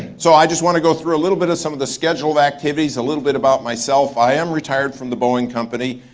so i just want to go through a little bit of some of the scheduled activities, a little bit about myself. i am retired from the boeing company.